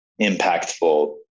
impactful